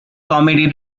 comedy